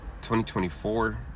2024